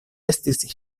estis